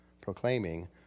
proclaiming